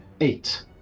eight